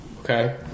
okay